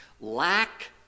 Lack